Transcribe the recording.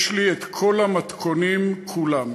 יש לי כל המתכונים, כולם.